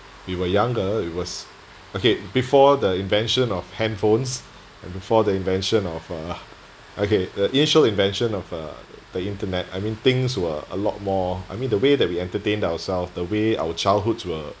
we were younger it was okay before the invention of handphones and before the invention of uh okay the initial invention of uh the internet I mean things were a lot more I mean the way that we entertained ourselves the way our childhoods were